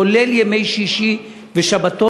כולל ימי שישי ושבתות,